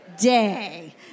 day